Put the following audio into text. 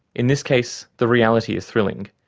in this case, the reality is thrilling,